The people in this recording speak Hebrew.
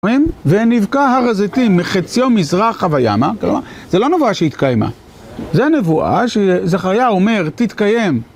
ונבקע הר הזיתים מחציו מזרחה וימה, זה לא נבואה שהתקיימה, זה נבואה שזכריה אומר תתקיים